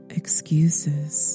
excuses